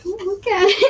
Okay